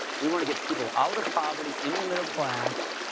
we want to get people out of poverty, in the middle class,